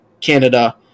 canada